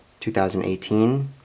2018